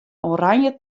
oranje